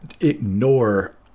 ignore